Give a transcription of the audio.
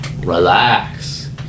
relax